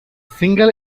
single